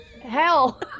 Hell